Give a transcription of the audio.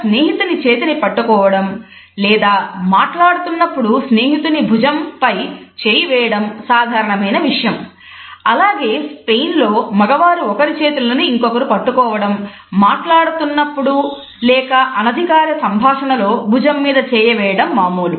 France లో మగవారు ఒకరి చేతులను ఇంకొకరు పట్టుకోవడం మాట్లాడుతున్నప్పుడు లేక అనధికార సంభాషణలో భుజం మీద చేయి వేయడం మామూలు